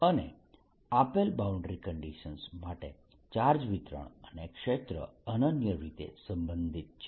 અને આપેલ boundary condition માટે ચાર્જ વિતરણ અને ક્ષેત્ર અનન્ય રીતે સંબંધિત છે